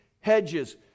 hedges